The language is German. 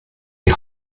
die